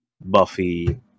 Buffy